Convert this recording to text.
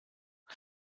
bei